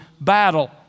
battle